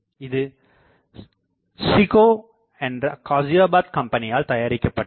இது SICO என்ற காசியாபாத் கம்பெனியால் தயாரிக்கப்பட்டது